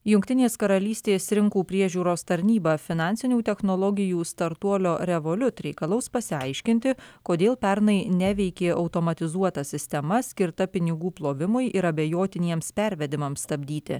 jungtinės karalystės rinkų priežiūros tarnyba finansinių technologijų startuolio revoliut reikalaus pasiaiškinti kodėl pernai neveikė automatizuota sistema skirta pinigų plovimui ir abejotiniems pervedimams stabdyti